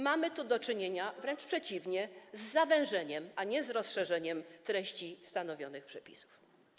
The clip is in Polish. Mamy tu do czynienia, wręcz przeciwnie, z zawężeniem, a nie z rozszerzeniem treści stanowionych przepisów.